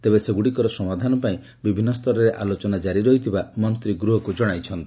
ତେବେ ସେଗୁଡ଼ିକର ସମାଧାନ ପାଇଁ ବିଭିନୁ ସ୍ତରରେ ଆଲୋଚନା ଜାରି ରହିଥିବା ମନ୍ତୀ ଗୃହକୁ ଜଣାଇଛନ୍ତି